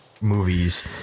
movies